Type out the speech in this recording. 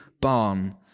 barn